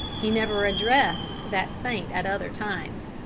he never addressed that saint at other times.